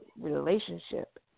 Relationship